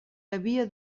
havia